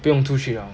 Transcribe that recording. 不用出去了